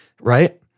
right